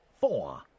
four